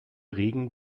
regen